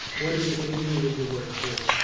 what is it that you needed to work through?